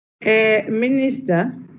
Minister